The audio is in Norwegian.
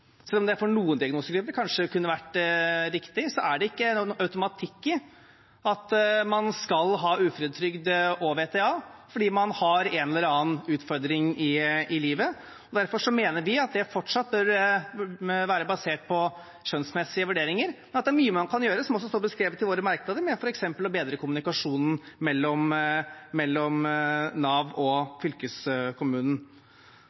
Selv om det for noen diagnosegrupper kanskje kunne vært riktig, er det ikke noen automatikk i at man skal ha uføretrygd og VTA fordi man har en eller annen utfordring i livet. Derfor mener vi at det fortsatt må være basert på skjønnsmessige vurderinger, men at det er mye man kan gjøre – slik det også står beskrevet i våre merknader – f.eks. når det gjelder å bedre kommunikasjonen mellom Nav